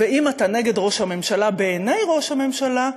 ואם אתה נגד ראש הממשלה בעיני ראש הממשלה,